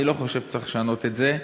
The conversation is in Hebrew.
אני לא חושב שצריך לשנות את זה,